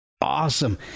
awesome